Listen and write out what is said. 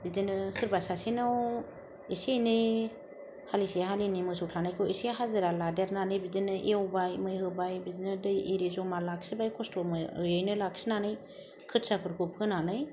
बिदिनो सोरबा सासेनाव इसे एनै हालिसे हालिनै मोसौ थानायखौ इसे हाजिरा लादेरनानै बिदिनो एवबाय मै होबाय बिदिनो दै एरि जमा लाखिबाय खस्थ'यैनो लाखिनानै खोथियाफोरखौ फोनानै